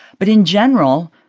but in general,